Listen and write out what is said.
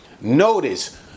Notice